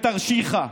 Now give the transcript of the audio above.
בתרשיחא.